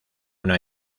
una